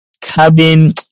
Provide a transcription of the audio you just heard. Cabin